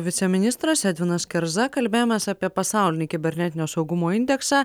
viceministras edvinas kerza kalbėjomės apie pasaulinį kibernetinio saugumo indeksą